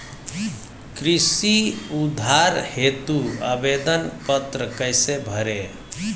कृषि उधार हेतु आवेदन पत्र कैसे भरें?